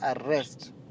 arrest